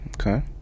Okay